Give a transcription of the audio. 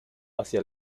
hacia